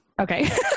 okay